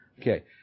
Okay